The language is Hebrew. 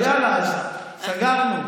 אז יאללה, סגרנו.